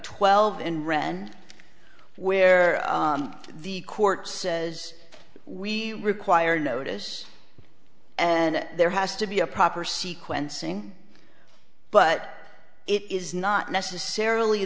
twelve and ran where the court says we require notice and there has to be a proper sequencing but it is not necessarily